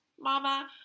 Mama